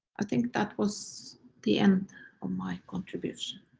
i think that was the end of my contribution,